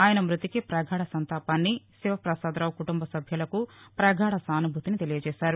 ఆయన మృతికి పగాధ సంతాపాన్ని శివపసాదరావు కుటుంబ సభ్యులకు పగాధ సానుభూతిని తెలియజేశారు